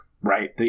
right